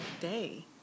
day